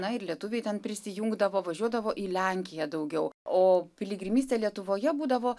na ir lietuviai ten prisijungdavo važiuodavo į lenkiją daugiau o piligrimystė lietuvoje būdavo